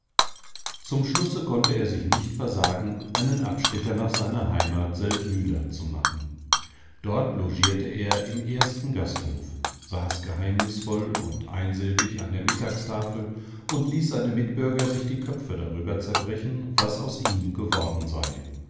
zum schlusse konnte er sich nicht versagen einen abstecher nach seiner heimat seldwyla zu machen dort logierte er im ersten gasthof saß geheimnisvoll und einsilbig an der mittagstafel und ließ seine mitbürger sich die köpfe darüber zerbrechen was aus ihm geworden sei